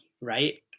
right